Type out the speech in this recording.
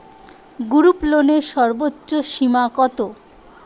গ্রুপলোনের সর্বোচ্চ সীমা কত?